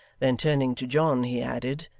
then turning to john, he added,